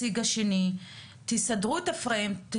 אני